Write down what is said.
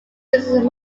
business